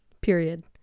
period